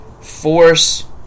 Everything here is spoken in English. force